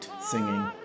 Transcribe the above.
singing